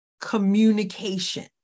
communication